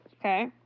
Okay